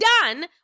done